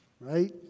Right